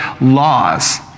laws